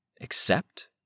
Accept